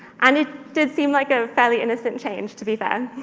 and it did seem like a fairly innocent change, to be fair.